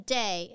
day